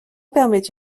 permet